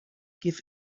give